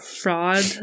fraud